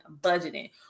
budgeting